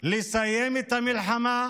לסיים את המלחמה,